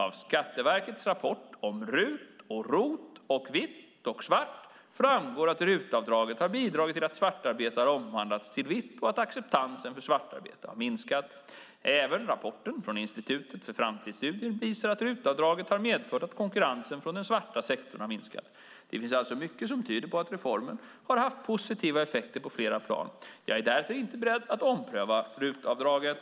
Av Skatteverkets rapport Om RUT och ROT och VITT och SVART framgår att RUT-avdraget har bidragit till att svartarbete har omvandlats till vitt och att acceptansen för svartarbete har minskat. Även rapporten från Institutet för framtidsstudier visar att RUT-avdraget har medfört att konkurrensen från den svarta sektorn har minskat. Det finns alltså mycket som tyder på att reformen har haft positiva effekter på flera plan. Jag är därför inte beredd att ompröva RUT-avdraget.